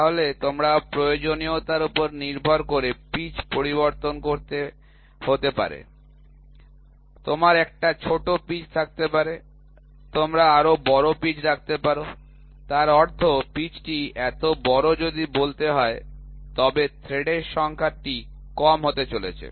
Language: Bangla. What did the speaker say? তাহলে তোমার প্রয়োজনীয়তার উপর নির্ভর করে পিচ পরিবর্তন হতে পারে তোমার একটি ছোট পিচ থাকতে পারে তোমরা আরও বড় পিচ রাখতে পার তার অর্থ পিচটি এত বড় যদি বলতে হয় তবে থ্রেডের সংখ্যাটি কম হতে চলেছে